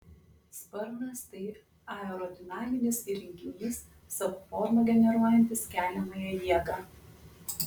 sparnas tai aerodinaminis įrenginys savo forma generuojantis keliamąją jėgą